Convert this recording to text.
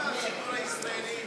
מה עם השידור הישראלי?